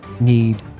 need